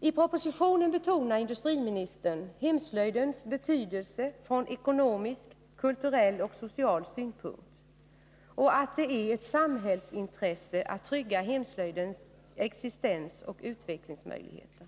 I propositionen betonar industriministern att ”hemslöjden har stor betydelse från ekonomisk, kulturell och social synpunkt” och att det är ”ett samhällsintresse att trygga hemslöjdens existens och utvecklingsmöjligheter”.